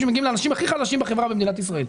שמגיעים לאנשים הכי חלשים בחברה במדינת ישראל,